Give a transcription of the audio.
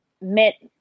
met